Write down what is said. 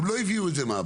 הם לא הביאו את זה מהבית.